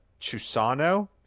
Chusano